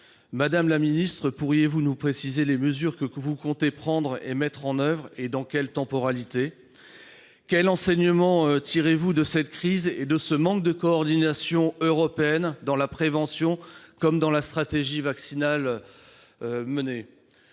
Madame la ministre, pourriez vous préciser les mesures que vous comptez mettre en œuvre, et dans quels délais ? Quels enseignements tirez vous de cette crise et de ce manque de coordination européenne dans la prévention comme dans les stratégies vaccinales suivies ?